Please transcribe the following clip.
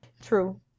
True